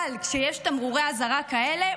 אבל כשיש תמרורי אזהרה כאלה,